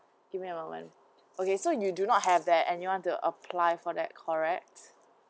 give me a moment okay so you do not have that and you want to apply for that correct